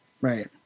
Right